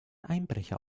einbrecher